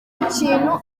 ikintu